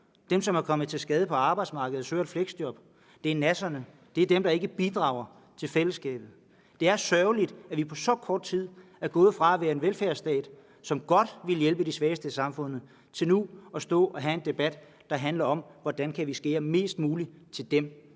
Dem, som er kommet til skade på arbejdsmarkedet og søger et fleksjob, er nasserne. Det er dem, der ikke bidrager til fællesskabet. Det er sørgeligt, at vi på så kort tid er gået fra at være en velfærdsstat, som godt vil hjælpe de svageste i samfundet, til nu at stå og have en debat, der handler om, hvordan vi kan skære mest muligt i